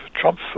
Trump